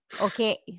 Okay